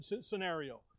scenario